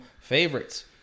favorites